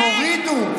הם הורידו.